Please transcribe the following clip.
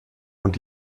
und